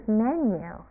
menu